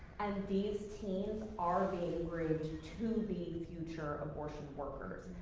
and these teens are being groomed to to be future abortion workers.